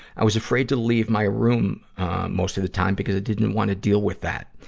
i was afraid to leave my room most of the time because i didn't wanna deal with that.